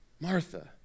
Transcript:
Martha